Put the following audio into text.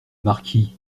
marquis